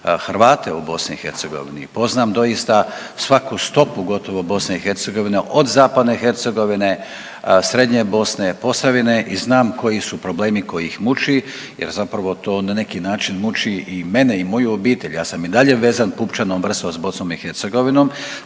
Hrvate u BiH i poznam doista svaku stopu gotovo BiH od zapadne Hercegovine, srednje Bosne, Posavine i znam koji su problemi koji ih muče jer zapravo to na neki način muči i mene i moju obitelj. Ja sam i dalje vezan pupčanom vrpcom s BiH